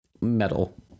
metal